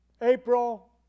April